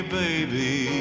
baby